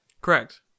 Correct